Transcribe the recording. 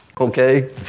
Okay